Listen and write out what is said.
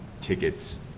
tickets